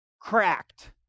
cracked